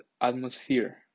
atmosphere